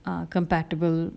uh compatible